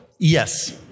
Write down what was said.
Yes